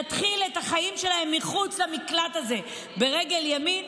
להתחיל את החיים שלהן מחוץ למקלט הזה ברגל ימין,